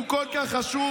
שהוא כל כך חשוב,